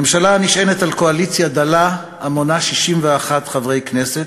ממשלה הנשענת על קואליציה דלה המונה 61 חברי כנסת,